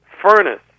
furnace